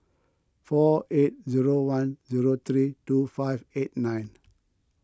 four eight zero one zero three two five eight nine